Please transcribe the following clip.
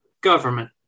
government